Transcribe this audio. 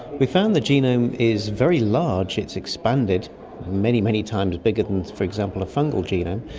we found the genome is very large, it's expanded many, many times bigger than, for example, a fungal genome.